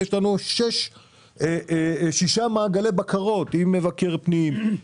יש לנו שישה מעגלי בקרות - מבקר פנים,